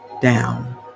down